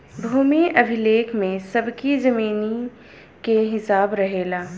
भूमि अभिलेख में सबकी जमीनी के हिसाब रहेला